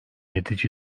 edici